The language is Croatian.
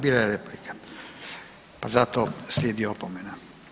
Bila je replika, zato slijedi opomena.